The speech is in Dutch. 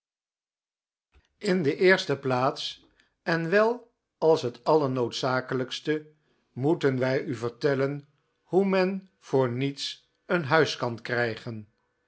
n de eerste plaats en wel als het allernoodzakelijkste moeten wij u vertellen j p hoe men voor niets een huis kan krijgen